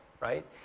right